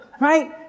right